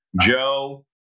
Joe